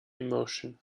emotion